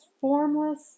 formless